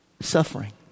Suffering